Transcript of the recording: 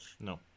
No